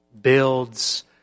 builds